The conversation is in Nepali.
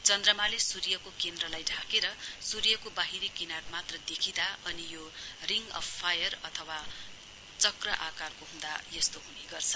चन्द्रमाले सूर्यको केन्द्रलाई ढाकेर सूर्यको बाहिरी किनार मात्र दैँखिदा अनि रिंग अफ फायर अथवा चक्र आकारको हुँदा यस्तो हुने गर्छ